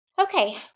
Okay